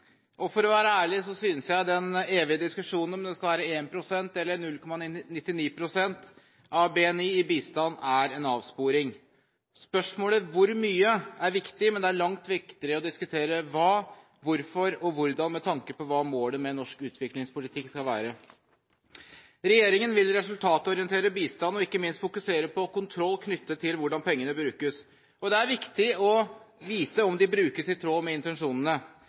og for å være ærlig synes jeg den evige diskusjonen om det skal være 1 pst. eller 0,99 pst. av BNI i bistand er en avsporing. Spørsmålet «hvor mye» er viktig, men det er langt viktigere å diskutere «hva», «hvorfor» og «hvordan», med tanke på hva målet med norsk utviklingspolitikk skal være. Regjeringen vil resultatorientere bistanden og ikke minst fokusere på kontroll knyttet til hvordan pengene brukes, for det er viktig å vite om de brukes i tråd med intensjonene.